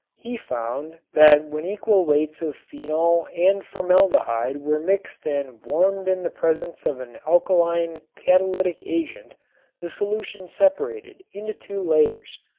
he found that when equal weights of phenol and formaldehyde were mixed and warmed in the presence of an alkaline catalytic agent the solution separated into two layers,